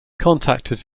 contacted